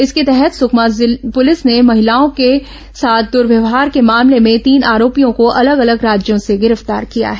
इसके तहत सकमा पुलिस ने महिलाओं के साथ दर्व्यवहार के मामले में तीन आरोपियों को अलग अलग राज्यों से गिरफ्तार किया है